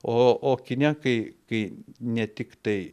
o o kine kai kai ne tiktai